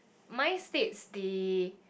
mine states the